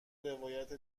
روایت